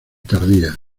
tardía